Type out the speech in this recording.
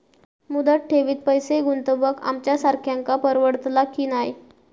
मुदत ठेवीत पैसे गुंतवक आमच्यासारख्यांका परवडतला की नाय?